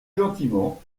gentiment